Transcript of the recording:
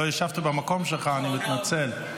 לא ישבת במקום שלך, אני מתנצל.